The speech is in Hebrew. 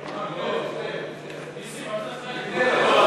אדוני ראש הממשלה שנכנס אלינו, הדיון הזה,